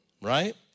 right